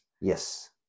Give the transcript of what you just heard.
Yes